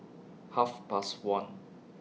Half Past one